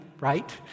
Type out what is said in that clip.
right